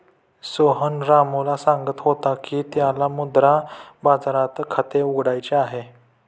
सोहन रामूला सांगत होता की त्याला मुद्रा बाजारात खाते उघडायचे आहे